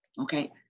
Okay